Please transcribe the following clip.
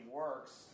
works